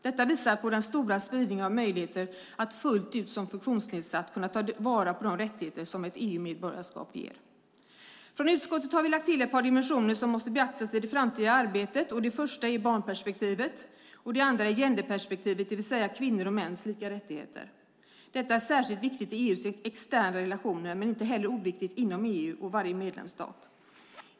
Detta visar på den stora spridning av möjligheter att fullt ut som funktionsnedsatt ta vara på de rättigheter som ett EU-medborgarskap ger. Från utskottets sida har vi lagt till ett par dimensioner som måste beaktas i det framtida arbetet. Det första är barnperspektivet, och det andra är genderperspektivet, det vill säga kvinnors och mäns lika rättigheter. Detta är särskilt viktigt i EU:s externa relationer och inte heller oviktigt inom EU och varje medlemsstat.